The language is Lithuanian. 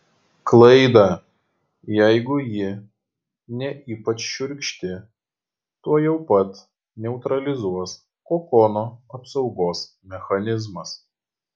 klaidą jeigu ji ne ypač šiurkšti tuojau pat neutralizuos kokono apsaugos mechanizmas